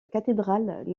cathédrale